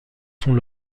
sont